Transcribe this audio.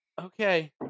Okay